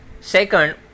Second